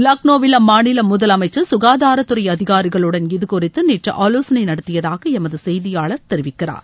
லக்னோவில் அம்மாநில முதலமைச்சர் குகாதாரத்துறை அதிகாரிகளுடன் இது குறித்து நேற்று ஆலோசனை நடத்தியதாக எமது செய்தியாளர் தெரிவிக்கிறார்